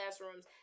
classrooms